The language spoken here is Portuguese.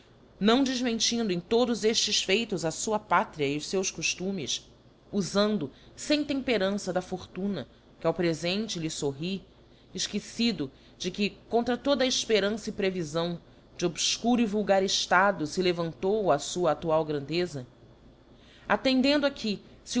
não defmentindo em todos eftes feitos a fua pátria e os feus coftumes ufando fem temperança da fortuna que ao prefente lhe forri efquecido de que contra toda a efperança e previfão de obfcuro e vulgar eftado fe levantou á fua aftual grandeza attendendo a